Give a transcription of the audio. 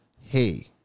Hey